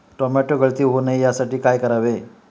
Tomato गळती होऊ नये यासाठी काय करावे?